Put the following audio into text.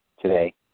today